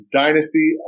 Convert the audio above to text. dynasty